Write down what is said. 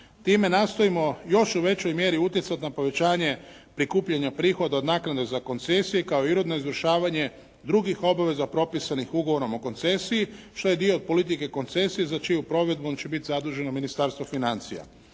Time nastojimo još u većoj mjeri utjecati na povećanje prikupljanja prihoda od naknade za koncesije kao i uredno izvršavanje drugih obaveza propisanih ugovorom o koncesiji što je dio politike koncesije za čiju provedbu će biti zaduženo Ministarstvo financija.